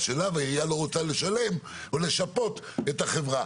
שלה והעירייה לא רוצה לשלם או לשפות את החברה.